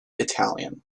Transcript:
italian